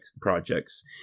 projects